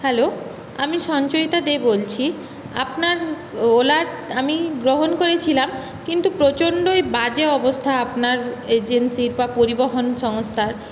hello আমি সঞ্চয়িতা দে বলছি আপনার ওলার আমি গ্রহণ করেছিলাম কিন্তু প্রচন্ডই বাজে অবস্থা আপনার এজেন্সির বা পরিবহন সংস্থার